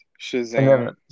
Shazam